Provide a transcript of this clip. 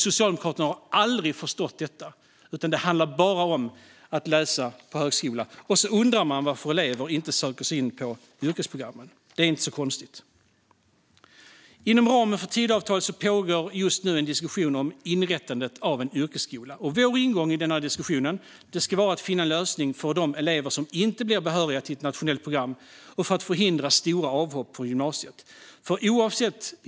Socialdemokraterna har aldrig förstått detta, utan det handlar bara om att man ska läsa på högskola. Och så undrar man varför elever inte söker sig in på yrkesprogrammen! Det är ju inte konstigt. Inom ramen för Tidöavtalet pågår just nu en diskussion om inrättandet av en yrkesskola. Vår ingång i denna diskussion ska vara att finna en lösning för de elever som inte blir behöriga till ett nationellt program och att förhindra stora avhopp från gymnasiet.